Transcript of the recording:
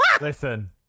Listen